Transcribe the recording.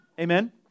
Amen